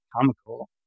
comical